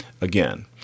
again